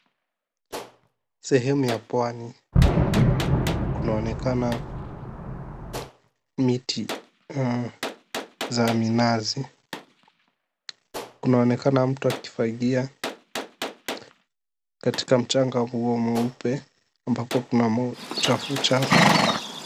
Sehemu ya pwani, kunaonekana miti za minazi, kunaonekana mtu akifagia katika mchanga huo mweupe, ambapo kuna mauchafu uchafu.